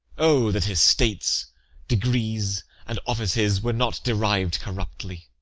o! that estates, degrees, and offices were not deriv'd corruptly,